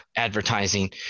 advertising